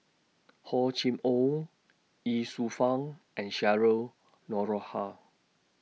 Hor Chim Or Ye Shufang and Cheryl Noronha